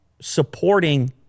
supporting